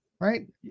right